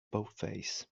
boldface